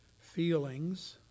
feelings